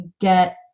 get